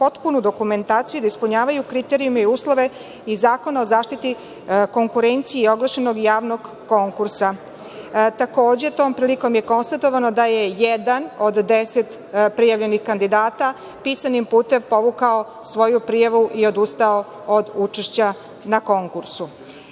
potpunu dokumentaciju, jer ispunjavaju kriterijume i uslove iz Zakona o zaštiti konkurencije i oglašenog javnog konkursa. Takođe, tom prilikom je konstatovano da je jedan od 10 prijavljenih kandidata, pisanim putem povukao svoju prijavu i odustao od učešća na konkursu.